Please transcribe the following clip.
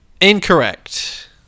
Incorrect